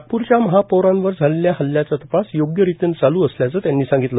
नागप्रच्या महापौरांवर झालेल्या हल्ल्याचा तपास योग्य रीतीने चालू असल्याचे त्यांनी सांगितले